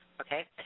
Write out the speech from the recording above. okay